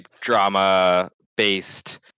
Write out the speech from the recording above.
drama-based